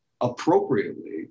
appropriately